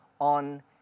on